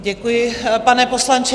Děkuji, pane poslanče.